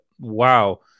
wow